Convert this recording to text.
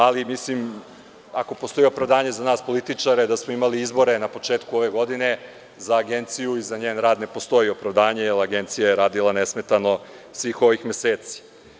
Ali, ako postoji opravdanje za nas političare da smo imali izbore na početku ove godine, za Agenciju i za njen rad ne postoji opravdanje, jer Agencija je radila nesmetano svih ovih meseci.